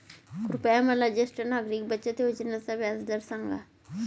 कृपया मला ज्येष्ठ नागरिक बचत योजनेचा व्याजदर सांगा